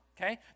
okay